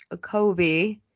Kobe